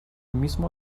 mismo